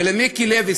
למיקי לוי.